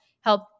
help